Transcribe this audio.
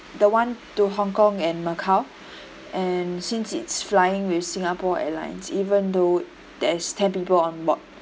the one to hong kong and macao and since it's flying with singapore airlines even though there's ten people on board